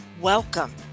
Welcome